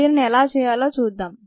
దీనిని ఎలా చేయాలో చూద్దాం